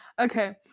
Okay